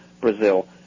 Brazil